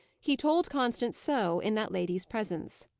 he told constance so, in that lady's presence.